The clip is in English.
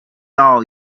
all